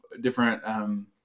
different